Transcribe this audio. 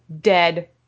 dead